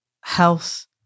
health